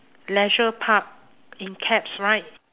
leisure park in caps right